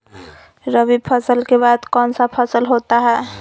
रवि फसल के बाद कौन सा फसल होता है?